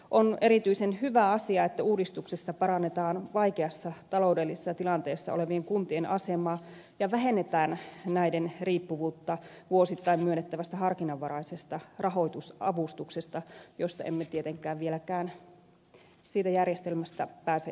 on erityisen hyvä asia että uudistuksessa parannetaan vaikeassa taloudellisessa tilanteessa olevien kuntien asemaa ja vähennetään näiden riippuvuutta vuosittain myönnettävästä harkinnanvaraisesti rahoitusavustuksesta josta järjestelmästä emme tietenkään vieläkään pääse eroon